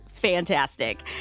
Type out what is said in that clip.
Fantastic